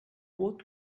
both